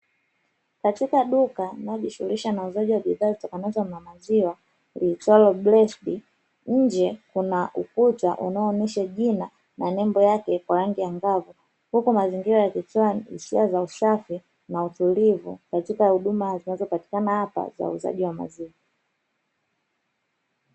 Katika duka linalo jishughulisha na uuzaji wa bidhaa zitokanazo na maziwa liitwalo “blessed”, nje kuna ukuta unaonesha jina na nembo yake kwa rangi angavu, huku mazingira yakitoa hisia za usafi na utulivu katika huduma zinazopatikana hapa za uuzaji wa maziwa.